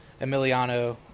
Emiliano